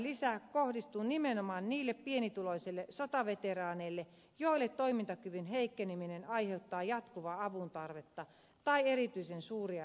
veteraanilisä kohdistuu nimenomaan niille pienituloisille sotaveteraaneille joille toimintakyvyn heikkeneminen aiheuttaa jatkuvaa avun tarvetta tai erityisen suuria lisäkustannuksia